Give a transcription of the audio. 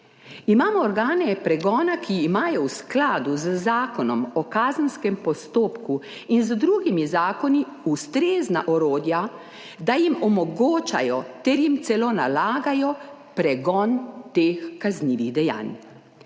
Imamo organe pregona, ki imajo v skladu z Zakonom o kazenskem postopku in z drugimi zakoni ustrezna orodja, da jim omogočajo ter jim celo nalagajo pregon teh kaznivih dejanj.